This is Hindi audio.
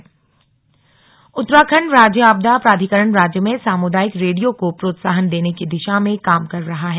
सामुदायिक रेडियो उत्तराखंड राज्य आपदा प्राधिकरण राज्य में सामुदायिक रेडियो को प्रोत्साहन देने की दिशा में काम कर रहा है